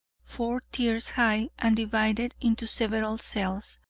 four tiers high, and divided into several cells,